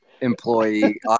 employee